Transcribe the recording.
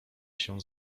się